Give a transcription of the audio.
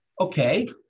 Okay